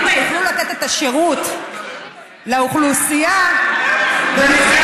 שיוכלו לתת את השירות לאוכלוסייה במסגרת